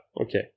okay